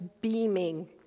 beaming